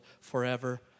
forever